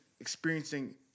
experiencing